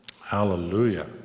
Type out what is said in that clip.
hallelujah